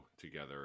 together